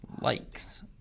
Likes